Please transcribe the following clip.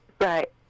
Right